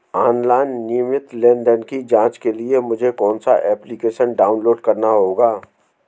Online नियमित लेनदेन की जांच के लिए मुझे कौनसा एप्लिकेशन डाउनलोड करना होगा?